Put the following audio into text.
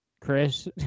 Chris